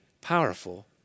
powerful